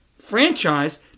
franchise